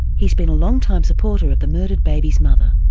he's been a long-time supporter of the murdered baby's mother.